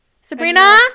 Sabrina